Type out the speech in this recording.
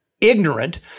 ignorant